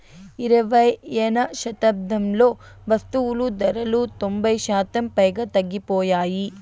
ఇరవైయవ శతాబ్దంలో వస్తువులు ధరలు తొంభై శాతం పైగా తగ్గిపోయాయి